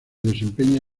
desempeña